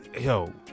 Yo